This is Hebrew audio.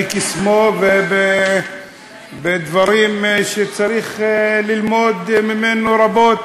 בקסמו, בדברים, צריך ללמוד ממנו רבות,